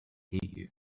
you